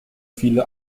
viele